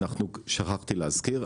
שכחתי להזכיר,